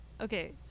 Okay